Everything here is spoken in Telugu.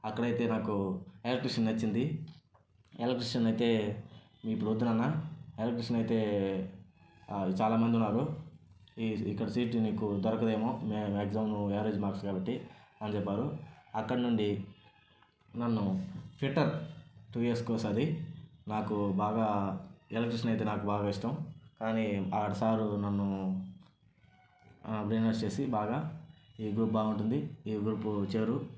అక్కడ అయితే నాకు ఎలక్ట్రిషన్ నచ్చింది ఎలక్ట్రిషన్ అయితే ఇప్పుడు వద్దు నాన్న ఎలక్ట్రిషన్ అయితే చాలామంది ఉన్నారు ఇక్కడ సీటు నీకు దొరకదేమో వేరే మాక్సిమం వేరేది సెలెక్ట్ చేయాలి కాబట్టి అని చెప్పారు అక్కడ నుండి నన్ను ఫిట్టర్ టూ ఇయర్స్కి ఒకసారి నాకు బాగా ఎలక్ట్రిషన్ అయితే నాకు బాగా ఇష్టం కానీ ఆ సార్ నన్ను బాగా ఈ గ్రూపు బాగా ఉంటుంది ఈ గ్రూపు చేరు